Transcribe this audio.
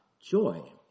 joy